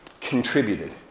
contributed